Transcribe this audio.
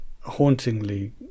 hauntingly